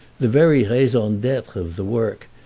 the very raison d'etre of the work,